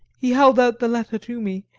he held out the letter to me,